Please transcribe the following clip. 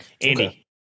Andy